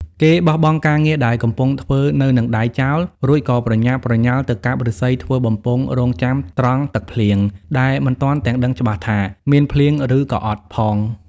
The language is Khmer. គេបោះបង់ការងារដែលកំពុងធ្វើនៅហ្នឹងដៃចោល រួចក៏ប្រញាប់ប្រញាល់ទៅកាប់ឫស្សីធ្វើបំពង់រង់ចាំត្រងទឹកភ្លៀង ដែលមិនទាន់ទាំងដឹងច្បាស់ថា មានភ្លៀងឬក៏អត់ផង ។